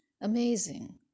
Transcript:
Amazing